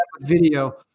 Video